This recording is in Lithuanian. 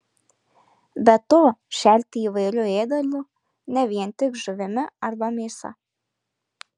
be to šerti įvairiu ėdalu ne vien tik žuvimi arba mėsa